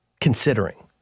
considering